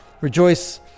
rejoice